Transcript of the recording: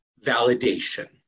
validation